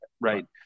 right